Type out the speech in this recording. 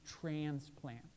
transplant